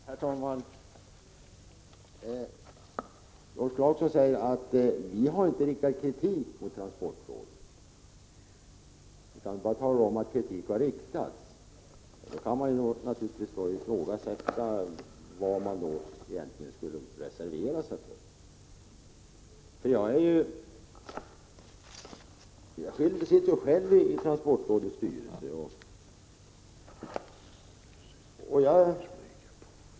Herr talman! Rolf Clarkson säger att moderaterna inte har riktat kritik 15 maj 1986 mot transportrådet utan bara har talat om att kritik har riktats mot transportrådet. Då kan det naturligtvis ifrågasättas varför man egentligen reserverar sig. Jag sitter själv i transportrådets styrelse.